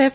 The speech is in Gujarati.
એફ